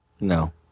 no